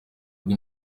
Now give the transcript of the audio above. ubwo